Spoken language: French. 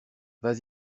vas